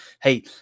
hey